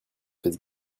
fait